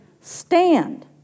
Stand